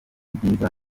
byiza